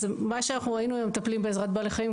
מה שאנחנו ראינו במטפלים בעזרת בעלי חיים,